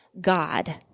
God